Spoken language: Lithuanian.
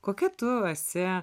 kokia tu esi